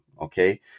okay